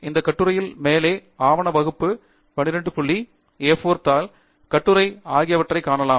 இந்த கட்டுரையில் மேலே ஆவண வகுப்பு 12 புள்ளி A4 தாள் கட்டுரை ஆகியவற்றைக் காணலாம்